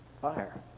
fire